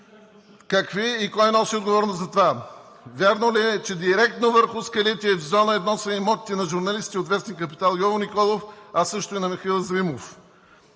Какви и кой носи отговорност за това? Вярно ли е, че директно върху скалите в зона 1 са имотите на журналистите от вестник „Капитал“ Йово Николов, а също и на Михаил Заимов?